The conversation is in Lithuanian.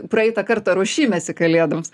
praeitą kartą ruošimesi kalėdoms